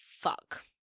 fuck